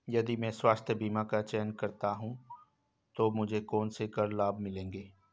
यदि मैं स्वास्थ्य बीमा का चयन करता हूँ तो मुझे कौन से कर लाभ मिलेंगे?